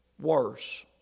worse